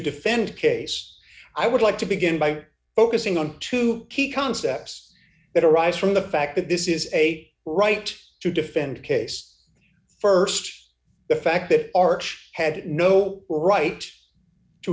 defend case i would like to begin by focusing on two key concepts that arise from the fact that this is a right to defend case st the fact that arch had no right to